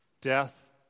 death